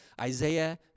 Isaiah